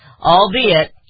albeit